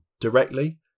directly